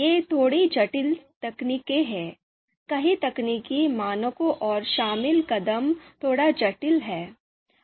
ये थोड़ी जटिल तकनीकें हैं कई तकनीकी मानकों और शामिल कदम थोड़ा जटिल हैं